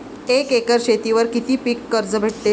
एक एकर शेतीवर किती पीक कर्ज भेटते?